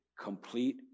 complete